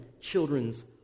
children's